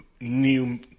new